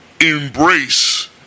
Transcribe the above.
embrace